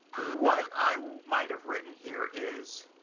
what i might have written here is